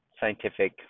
scientific